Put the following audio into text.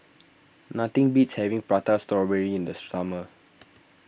nothing beats having Prata Strawberry in the summer